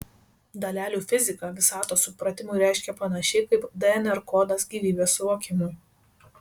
dalelių fizika visatos supratimui reiškia panašiai kaip dnr kodas gyvybės suvokimui